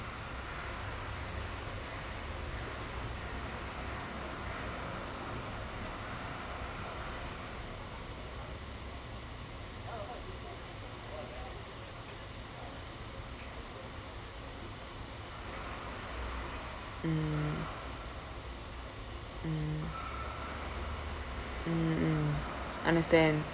mm mm mm mm understand